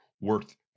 worth